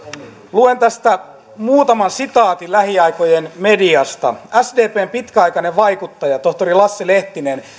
luen tästä muutaman sitaatin lähiaikojen mediasta sdpn pitkäaikainen vaikuttaja tohtori lasse lehtinen